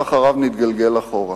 ואחריו נתגלגל אחורה.